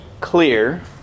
clear